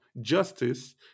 justice